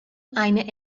eine